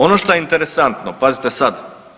Ono što je interesantno, pazite sad.